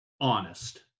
honest